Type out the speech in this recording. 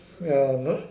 ya not